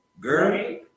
Girl